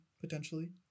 potentially